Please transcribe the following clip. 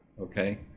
okay